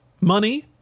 Money